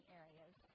areas